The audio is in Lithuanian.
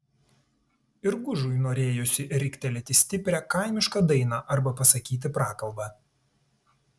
ir gužui norėjosi riktelėti stiprią kaimišką dainą arba pasakyti prakalbą